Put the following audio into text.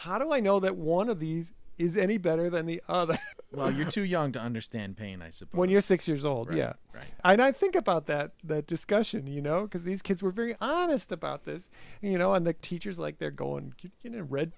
how do i know that one of these is any better than the other well you're too young to understand pain i suppose you're six years old yeah i think about that that discussion you know because these kids were very honest about this you know and the teachers like they're going